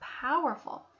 powerful